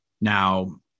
Now